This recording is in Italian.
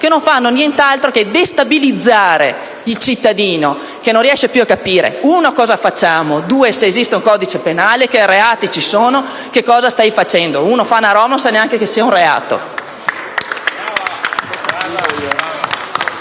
che non fanno nient'altro che destabilizzare il cittadino che non riesce più a capire, in primo luogo, cosa facciamo; poi, se esiste un codice penale, che reati ci sono, cosa stai facendo. Una persona fa qualcosa e non sa neanche se è un reato.